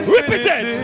Represent